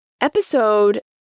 Episode